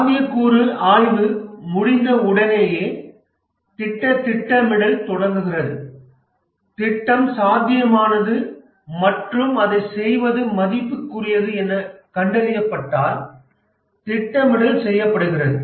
சாத்தியக்கூறு ஆய்வு முடிந்த உடனேயே திட்ட திட்டமிடல் தொடங்குகிறது திட்டம் சாத்தியமானது மற்றும் அதைச் செய்வது மதிப்புக்குரியது எனக் கண்டறியப்பட்டால் திட்டமிடல் செய்யப்படுகிறது